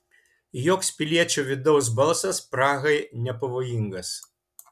joks piliečio vidaus balsas prahai nepavojingas